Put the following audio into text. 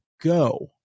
go